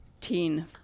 teen